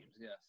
Yes